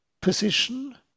position